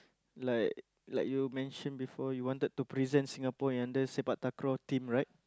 like like you mentioned before you wanted to present Singapore in under sepak takraw team right